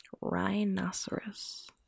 Rhinoceros